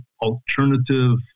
alternative